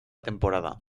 temporada